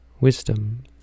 wisdom